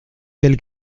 quelle